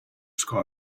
score